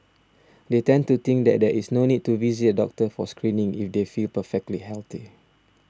they tend to think that there is no need to visit a doctor for screening if they feel perfectly healthy